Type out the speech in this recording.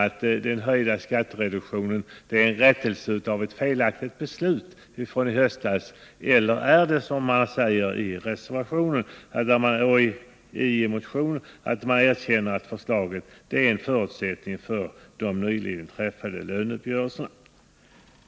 Är höjningen av skattereduktionen, som man nu säger, en rättelse av ett felaktigt beslut från i höstas eller var den, som man säger i motionen och reservationen, en förutsättning för de nyligen träffade avtalsuppgörelserna?